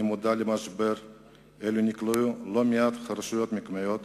אני מודע למשבר שאליו נקלעו לא מעט רשויות מקומיות.